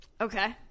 Okay